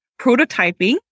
prototyping